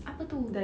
apa tu